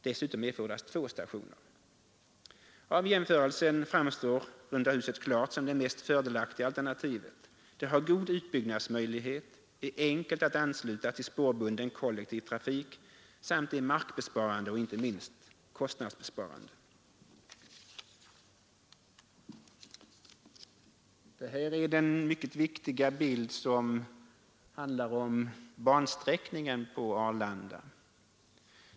Dessutom erfordras två stationer. Vid jämförelsen framstår runda huset klart som det mest fördelaktiga alternativet. Det har god utbyggnadsmöjlighet, är enkelt att ansluta till spårbunden kollektiv trafik samt är markbesparande och inte minst kostnadsbesparande. Jag visar nu på TV-skärmen en bild av den mycket viktiga bansträckningen på Arlanda.